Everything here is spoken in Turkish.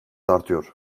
artıyor